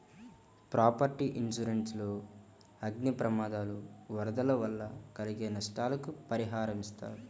property insurance లో అగ్ని ప్రమాదాలు, వరదలు వల్ల కలిగే నష్టాలకు పరిహారమిస్తారు